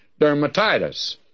dermatitis